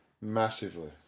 massively